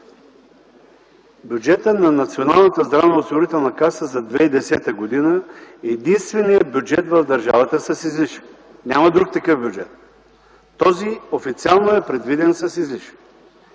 Бюджетът на Националната здравноосигурителна каса за 2010 г. е единственият бюджет в държавата с излишък, няма друг такъв бюджет. Той официално е предвиден с излишък.